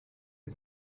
and